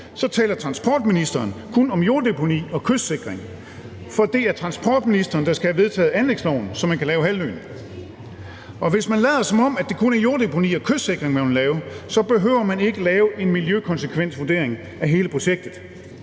så taler transportministeren kun om jorddeponi og kystsikring. For det er transportministeren, der skal have vedtaget anlægsloven, så man kan lave halvøen. Og hvis man lader, som om det kun er jorddeponi og kystsikring, man vil lave, så behøver man ikke lave en miljøkonsekvensvurdering af hele projektet.